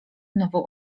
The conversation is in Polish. nową